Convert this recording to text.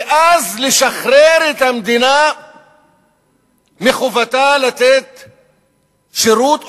ואז לשחרר את המדינה מחובתה לתת שירות,